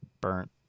burnt